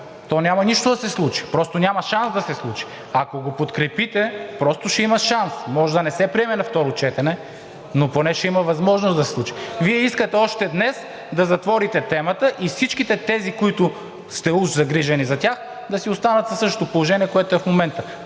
то няма нищо да се случи, просто няма шанс да се случи. Ако го подкрепите, просто ще има шанс. Може да не се приеме на второ четене, но поне ще има възможност да се случи. Вие искате още днес да затворите темата и всички тези, които сте уж загрижени за тях, да си останат в същото положение, което е в момента.